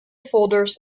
folders